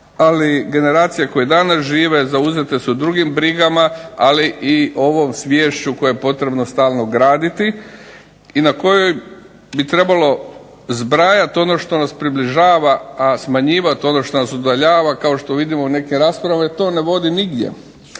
ali generacije koje danas žive zauzete su drugim brigama ali i sviješću koje je potrebno stalno graditi i na kojoj bi trebalo zbrajati ono što nas približava, a smanjivati ono što nas udaljava. Kao što vidimo u nekim raspravama to ne vodi nigdje.